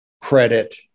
credit